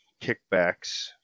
kickbacks